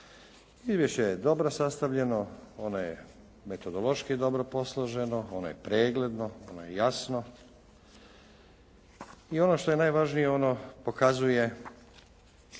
Izvješće je dobro sastavljeno. Ono je metodološki dobro posloženo. Ono je pregledno, ono je jasno i ono što je najvažnije ono pokazuje